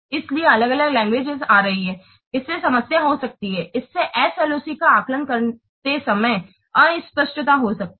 इसलिए अलग अलग लैंग्वेजेज आ रही हैं और इससे समस्या हो सकती है इससे SLOC का आकलन करते समय अस्पष्टता हो सकती है